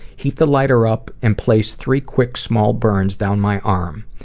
heat the lighter up and placed three quick small burns down my arm.